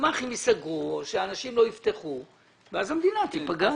גמ"חים ייסגרו או שאנשים לא יפתחו ואז המדינה תיפגע.